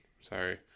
Sorry